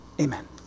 Amen